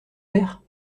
vert